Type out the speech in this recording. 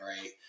right